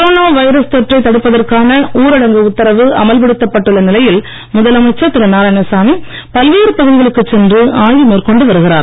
corona virus தொற்றை தடுப்பதற்கான ஊரடங்கு உத்தரவு அமல்படுத்தப்பட்டுள்ள நிலையில் முதலமைச்சர் திரு நாராயணசாமி பல்வேறு பகுதிகளுக்கு சென்று ஆய்வு மேற்கொண்டு வருகிறார்